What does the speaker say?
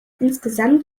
insgesamt